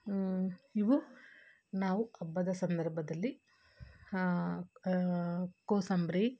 ಇವು ನಾವು ಹಬ್ಬದ ಸಂದರ್ಭದಲ್ಲಿ ಕೋಸಂಬರಿ